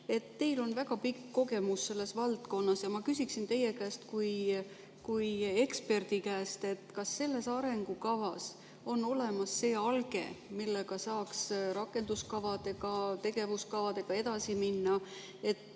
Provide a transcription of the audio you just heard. Teil on väga pikk kogemus selles valdkonnas. Ma küsin teie kui eksperdi käest, kas selles arengukavas on olemas see alge, mille põhjal saaks rakenduskavade ja tegevuskavadega edasi minna, et